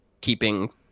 keeping